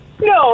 No